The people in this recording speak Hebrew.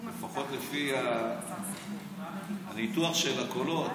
לפחות לפי הניתוח של הקולות,